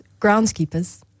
groundskeepers